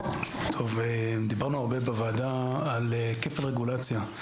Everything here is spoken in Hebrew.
דיברנו הרבה בוועדה על כפל רגולציה.